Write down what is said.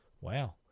Wow